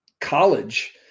college